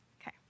Okay